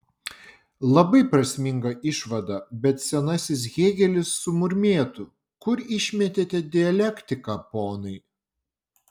labai prasminga išvada bet senasis hėgelis sumurmėtų kur išmetėte dialektiką ponai